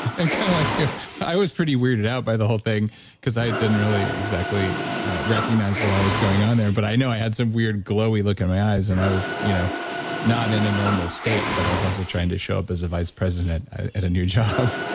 and kind of like, yeah i was pretty weirded out by the whole thing because i didn't really exactly recognize but what was going on there. but i know i had some weird glowy look in my eyes and i was you know not in a normal state. but i was also trying to show up as a vice president at a new job,